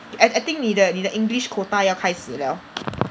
eh I I think 你的你的 English quota 要开始 liao